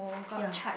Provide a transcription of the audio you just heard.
ya